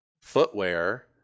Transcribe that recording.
footwear